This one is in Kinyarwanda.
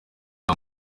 rya